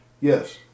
Yes